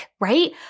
Right